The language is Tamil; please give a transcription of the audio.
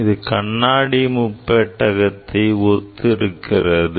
இது கண்ணாடி முப்பெட்டகத்தை ஒத்து இருக்கிறது